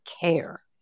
care